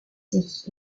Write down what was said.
sich